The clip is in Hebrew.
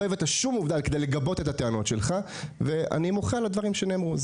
לא הבאת שום עובדה כדי לגבות את הטענות שלך ואני מוחה על הדברים שנאמרו.